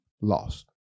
lost